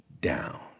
down